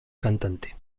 cantante